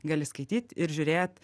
gali skaityt ir žiūrėt